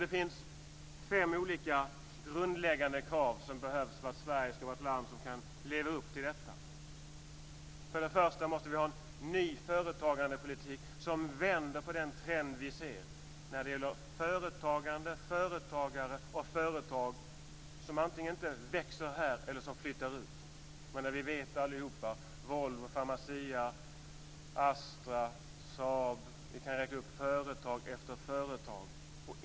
Det finns fem olika grundläggande krav som behövs för att Sverige ska vara ett land som kan leva upp till detta. För det första måste vi ha en företagandepolitik som vänder på den trend vi ser när det gäller företagande, företagare och företag som antingen inte växer här eller som flyttar ut. Vi vet allihop vilka de är: Volvo, Pharmacia, Astra och Saab. Vi kan räkna upp företag efter företag.